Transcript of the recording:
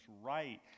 right